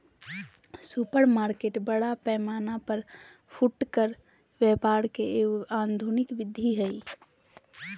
supermarket बड़ा पैमाना पर फुटकर व्यापार के एगो आधुनिक विधि हइ